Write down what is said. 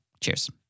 Cheers